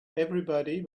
everybody